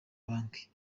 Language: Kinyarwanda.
banki